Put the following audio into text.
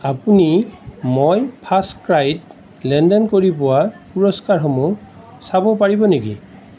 আপুনি মই ফাৰ্ষ্টক্ৰাইত লেনদেন কৰি পোৱা পুৰস্কাৰসমূহ চাব পাৰিব নেকি